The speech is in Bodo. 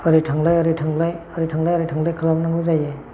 ओरै थांलाय ओरै थांलाय ओरै थांलाय ओरै थांलाय खालामनांगौ जायो